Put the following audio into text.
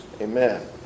amen